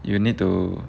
you need to